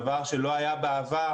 דבר שלא היה בעבר,